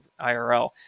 irl